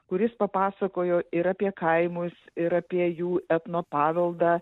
kuris papasakojo ir apie kaimus ir apie jų etnopaveldą